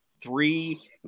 three